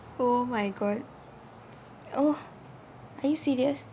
oh my god oh are you serious